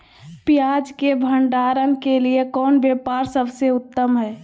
पियाज़ के भंडारण के लिए कौन व्यवस्था सबसे उत्तम है?